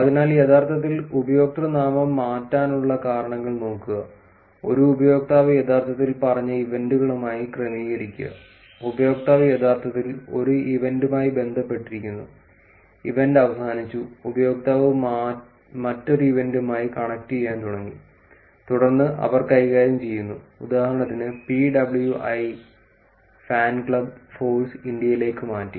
അതിനാൽ യഥാർത്ഥത്തിൽ ഉപയോക്തൃനാമം മാറ്റാനുള്ള കാരണങ്ങൾ നോക്കുക ഒരു ഉപയോക്താവ് യഥാർത്ഥത്തിൽ പറഞ്ഞ ഇവന്റുകളുമായി ക്രമീകരിക്കുക ഉപയോക്താവ് യഥാർത്ഥത്തിൽ ഒരു ഇവന്റുമായി ബന്ധപ്പെട്ടിരിക്കുന്നു ഇവന്റ് അവസാനിച്ചു ഉപയോക്താവ് മറ്റൊരു ഇവന്റുമായി കണക്റ്റുചെയ്യാൻ തുടങ്ങി തുടർന്ന് അവർ കൈകാര്യം ചെയ്യുന്നു ഉദാഹരണത്തിന് pwi ഫാൻക്ലബ് ഫോഴ്സ് ഇന്ത്യയിലേക്ക് മാറ്റി